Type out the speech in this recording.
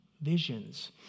Visions